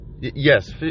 yes